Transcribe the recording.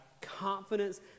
confidence